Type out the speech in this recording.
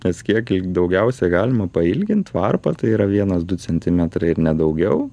nes kiek daugiausiai galima pailgint varpą tai yra vienas du centimetrai ir ne daugiau